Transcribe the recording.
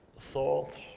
thoughts